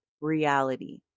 reality